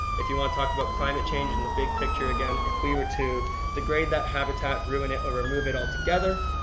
if you want to talk about climate change and the big picture again, if we were to degrade that habitat, ruin it, or remove it all together,